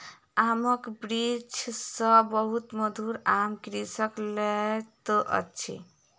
आमक वृक्ष सॅ बहुत मधुर आम कृषक लैत अछि